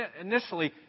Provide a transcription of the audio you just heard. initially